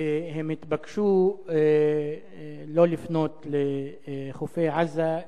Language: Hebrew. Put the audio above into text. והם התבקשו לא לפנות לחופי עזה,